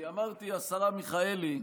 כי אמרתי שהשרה מיכאלי,